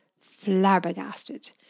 flabbergasted